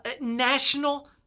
National